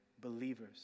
believers